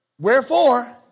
wherefore